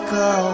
go